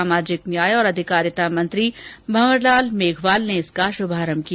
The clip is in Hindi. सामाजिक न्याय और अधिकारिता मंत्री भंवरलाल मेघवाल ने इसका शुभारंभ किया